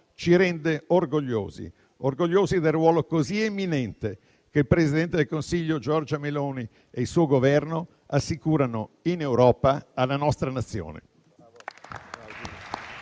ci rende orgogliosi del ruolo così eminente che il presidente del Consiglio Giorgia Meloni e il suo Governo assicurano in Europa alla nostra Nazione.